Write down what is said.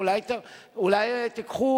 אולי תיקחו,